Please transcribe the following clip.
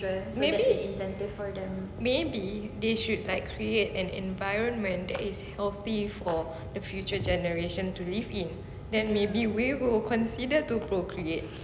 maybe they should like create an environment that is healthy for the future generation to live in then maybe we will consider to procreate